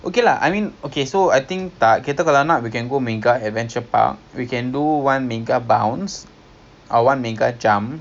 ya three two two or three eh what do you mean force rabung maghrib [pe]